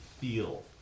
feel